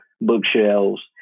bookshelves